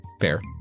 fair